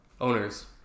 owners